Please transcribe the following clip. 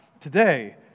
today